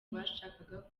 bashakaga